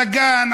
סג"ן,